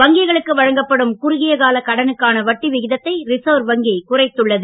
வங்கிகளுக்கு வழங்கப்படும் குறுகிய கால கடனுக்கான வட்டி விகிதத்தை ரிசர்வ் வங்கி குறைத்துள்ளது